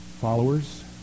followers